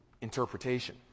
interpretation